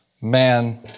man